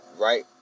right